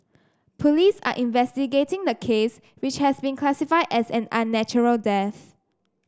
police are investigating the case which has been classified as an unnatural death